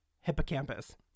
hippocampus